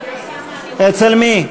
אצל מי?